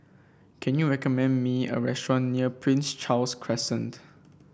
can you recommend me a restaurant near Prince Charles Crescent